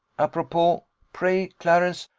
apropos pray, clarence,